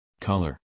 Color